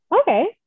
Okay